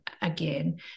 Again